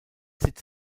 sitz